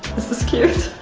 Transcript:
this is cute.